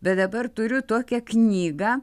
bet dabar turiu tokią knygą